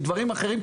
מדברים אחרים.